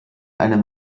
einem